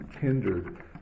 hindered